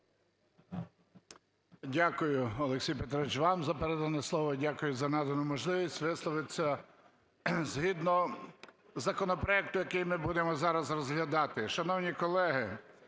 Дякую, Олексію Петровичу, вам за передане слово. Дякую за надану можливість висловитися згідно законопроекту, який ми будемо зараз розглядати. Шановні колеги,